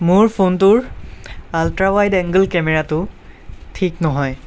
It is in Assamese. মোৰ ফোনটোৰ আলট্ৰাৱাইড এঙ্গেল কেমেৰাটো ঠিক নহয়